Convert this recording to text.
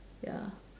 ya